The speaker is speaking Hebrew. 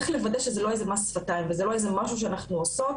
צריך לוודא שזה לא יהיה מס שפתיים וזה לא איזה משהו שאנחנו עושות